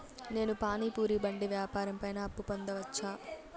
నేను పానీ పూరి బండి వ్యాపారం పైన అప్పు పొందవచ్చా?